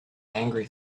angry